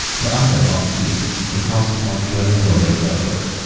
the other of keith in the costume of jewel-embroidered velvet,